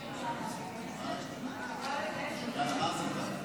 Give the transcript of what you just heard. הצעת חוק חיילים משוחררים (תיקון,